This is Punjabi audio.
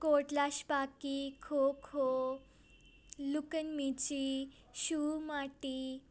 ਕੋਟਲਾ ਛਪਾਕੀ ਖੋ ਖੋ ਲੁਕਣ ਮਿੱਚੀ ਛੂ ਮਾਟੀ